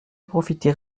profiter